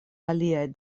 aliaj